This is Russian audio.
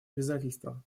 обязательства